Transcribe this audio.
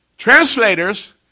Translators